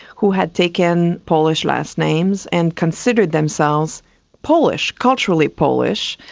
who had taken polish last names and considered themselves polish, culturally polish,